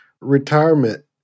Retirement